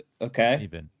Okay